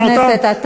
חבר הכנסת,